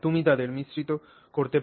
তুমি তাদের মিশ্রিত করতে পার